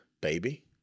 baby